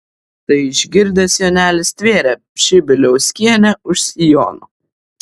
tai išgirdęs jonelis stvėrė pšibiliauskienę už sijono